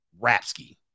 Rapsky